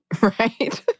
Right